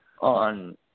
on